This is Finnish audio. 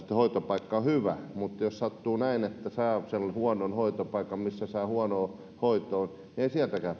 hoitopaikka on hyvä mutta jos sattuu näin että saa huonon hoitopaikan missä saa huonoa hoitoa niin ei sieltäkään